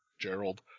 Gerald